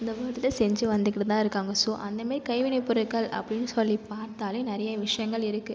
இந்த செஞ்சு வந்துகிட்டுதான் இருக்காங்கள் ஸோ அந்தமாரி கைவினைப்பொருட்கள் அப்படின்னு சொல்லி பார்த்தாலே நிறைய விஷயங்கள் இருக்குது